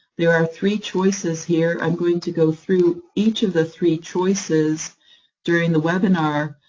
there are three choices here. i'm going to go through each of the three choices during the webinar,